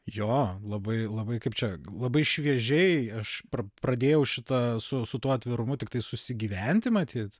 jo labai labai kaip čia labai šviežiai aš pradėjau šitą su su tuo atvirumu tiktai susigyventi matyt